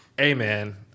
amen